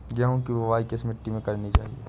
गेहूँ की बुवाई किस मिट्टी में करनी चाहिए?